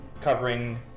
covering